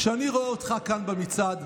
כשאני רואה אותך כאן במצעד,